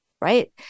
right